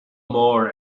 mór